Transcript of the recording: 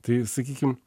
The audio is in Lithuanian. tai sakykim